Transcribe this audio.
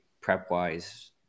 prep-wise